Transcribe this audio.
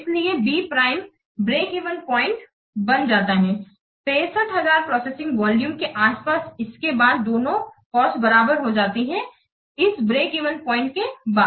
इसलिए B prime break even point बन जाता है 65000 प्रोसेसिंग वॉल्यूम के आसपास इसके बाद दोनों कॉस्ट बराबर हो जाती हैं इस ब्रेक इवन प्वाइंट के बाद